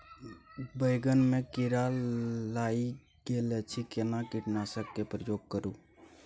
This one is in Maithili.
बैंगन में कीरा लाईग गेल अछि केना कीटनासक के प्रयोग करू?